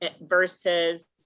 versus